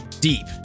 deep